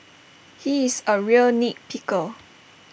he is A real nit picker